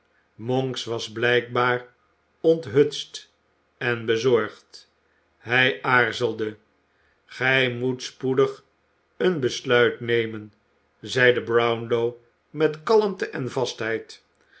monks was blijkbaar onthutst en bezorgd hij aarzelde gij moet spoedig een besluit nemen zeide brownlow met kalmte en vastheid